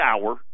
hour